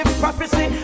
prophecy